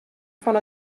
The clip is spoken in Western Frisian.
fan